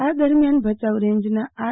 આ દરમ્યાન ભયાઉ રેન્જના આર